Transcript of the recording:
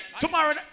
tomorrow